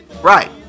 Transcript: right